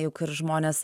juk ir žmonės